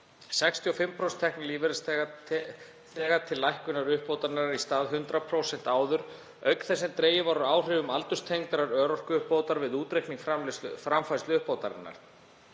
65% tekna lífeyrisþega til lækkunar uppbótarinnar í stað 100% áður auk þess sem dregið var úr áhrifum aldurstengdrar örorkuuppbótar við útreikning framfærsluuppbótarinnar.